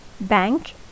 bank